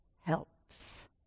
helps